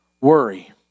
worry